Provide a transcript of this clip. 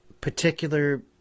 particular